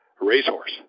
racehorse